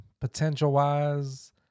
Potential-wise